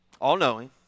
all-knowing